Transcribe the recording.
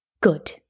Good